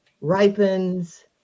ripens